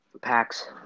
Packs